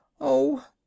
Oh